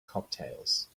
cocktails